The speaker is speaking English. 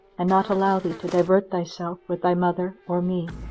and not allow thee to divert thyself with thy mother or me,